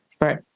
right